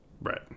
Right